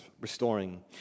restoring